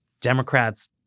Democrats